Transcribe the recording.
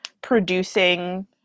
producing